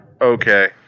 Okay